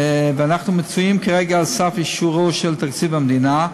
ואנחנו נמצאים כרגע על סף אישורו של תקציב המדינה,